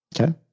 Okay